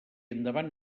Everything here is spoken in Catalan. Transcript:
endavant